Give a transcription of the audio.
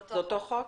זה אותו חוק.